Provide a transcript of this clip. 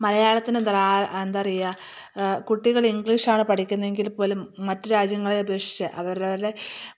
മലയാളത്തിന് എന്താ എന്താ പറയുക കുട്ടികൾ ഇംഗ്ലീഷാണ് പഠിക്കുന്നതെങ്കിൽ പോലും മറ്റു രാജ്യങ്ങളെ അപേക്ഷിച്ച് അവരവരുടെ